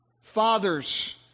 Fathers